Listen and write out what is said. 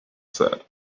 said